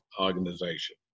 organization